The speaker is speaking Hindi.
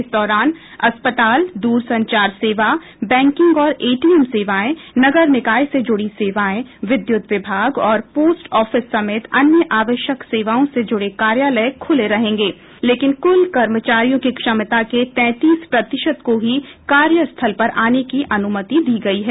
इस दौरान अस्पताल दूरसंचार सेवा बैंकिंग और एटीएम सेवाएं नगर निकाय से जुड़ी सेवाएं विद्युत विभाग पोस्ट ऑफिस समेत अन्य आवश्यक सेवाओं से जुड़े कार्यालय खुले रहेंगे लेकिन कुल कर्मचारियों की क्षमता के तैंतीस प्रतिशत को ही कार्यस्थल पर आने की अनुमति दी गयी है